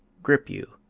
grip you.